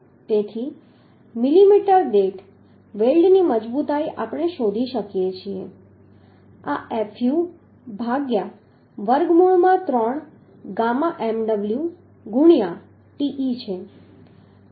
તેથી મિલીમીટર દીઠ વેલ્ડની મજબૂતાઈ આપણે શોધી શકીએ છીએ આ fu ભાગ્યા વર્ગમૂળ માં 3 ગામા mw ગુણ્યા te છે